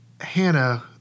Hannah